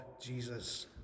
jesus